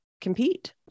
compete